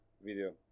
video